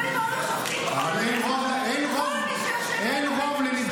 יודע מי